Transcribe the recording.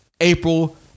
April